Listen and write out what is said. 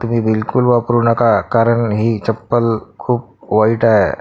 तुम्ही बिलकुल वापरू नका कारण ही चप्पल खूप वाईट आहे